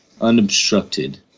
unobstructed